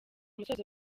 musozo